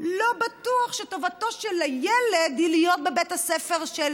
לא בטוח שטובתו של הילד היא להיות בבית ספר של